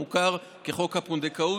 המוכרת כחוק הפונדקאות.